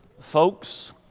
Folks